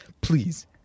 please